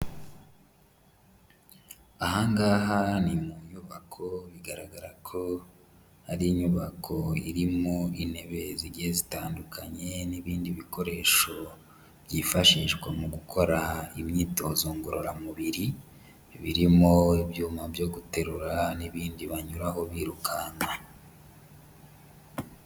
Aha ngaha ni mu nyubako bigaragara ko ari inyubako irimo intebe zigiye zitandukanye n'ibindi bikoresho byifashishwa mu gukora imyitozo ngororamubiri, birimo ibyuma byo guterura n'ibindi banyuraho birukanka.